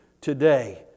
today